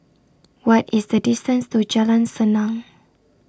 What IS The distance to Jalan Senang